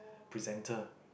presenter